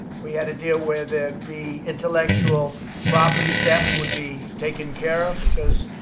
we had a deal where there'd be intellectual property theft would be taken care of because